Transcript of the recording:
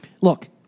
Look